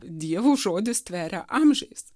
dievo žodis tveria amžiais